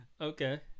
Okay